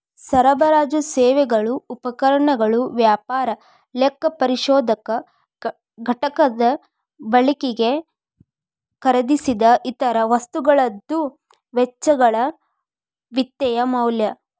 ಸರಬರಾಜು ಸೇವೆಗಳು ಉಪಕರಣಗಳು ವ್ಯಾಪಾರ ಲೆಕ್ಕಪರಿಶೋಧಕ ಘಟಕದ ಬಳಕಿಗೆ ಖರೇದಿಸಿದ್ ಇತರ ವಸ್ತುಗಳದ್ದು ವೆಚ್ಚಗಳ ವಿತ್ತೇಯ ಮೌಲ್ಯ